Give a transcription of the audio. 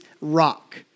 Rock